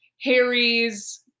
Harry's